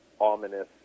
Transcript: ominous